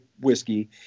whiskey